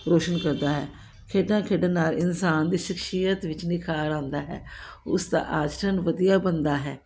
ਰੋਸ਼ਨ ਕਰਦਾ ਹੈ ਖੇਡਾਂ ਖੇਡਣ ਨਾਲ ਇਨਸਾਨ ਦੀ ਸ਼ਖਸੀਅਤ ਵਿੱਚ ਨਿਖਾਰ ਆਉਂਦਾ ਹੈ ਉਸ ਦਾ ਆਚਰਨ ਵਧੀਆ ਬਣਦਾ ਹੈ